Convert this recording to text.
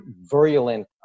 virulent